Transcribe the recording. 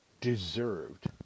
deserved